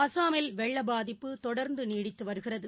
அஸ்ஸாமில் வெள்ளப்பாதிப்பு தொடர்ந்துநீடித்துவருகிறது